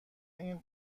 این